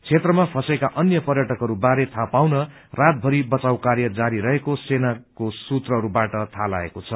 क्षेत्रमा फँसेका अन्य पर्यटकहरूबारे थाहा पाउनको निम्ति रातभरि बचाव कार्य जारी रहेको सेनाको सूत्रहरूबाट थाहा लागेको छ